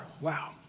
Wow